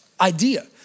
idea